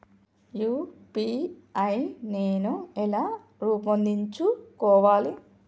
UPI నేను ఎలా రూపొందించుకోవాలి?